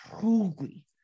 truly